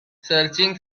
searching